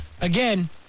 again